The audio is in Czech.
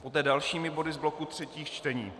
Poté dalšími body z bloku třetích čtení.